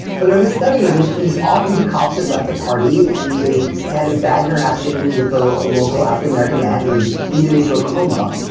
but there is a study in which these off duty cops had left the party and they had a bad interaction with a a local african-american man and they beat him into a coma.